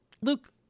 Luke